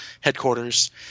headquarters